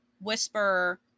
whisper